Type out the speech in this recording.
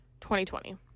2020